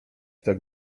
tak